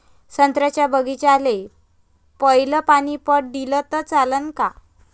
संत्र्याच्या बागीचाले पयलं पानी पट दिलं त चालन का?